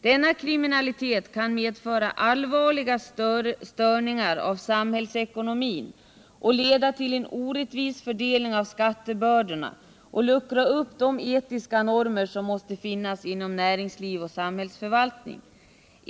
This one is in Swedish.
Denna kriminalitet kan medföra allvarliga störningar av samhällsekonomin och leda till en orättvis fördelning av skattebördorna och luckra upp de etiska normer som måste finnas inom näringsliv och samhällsförvaltning.